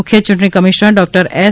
મુખ્ય ચૂંટણી commissioner doctor S